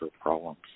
problems